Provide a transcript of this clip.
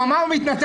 הוא אמר שהוא מתנצל,